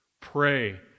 pray